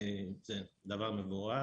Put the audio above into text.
זה דבר מבורך,